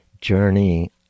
journey